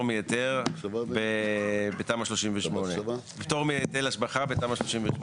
מההיטל בתמ"א 38. פטור מהיטל השבחה בתמ"א 38,